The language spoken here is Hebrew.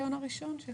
הזיכיון הראשון?